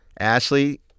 Ashley